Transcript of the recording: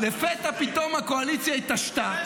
לפתע פתאום הקואליציה התעשתה -- שלא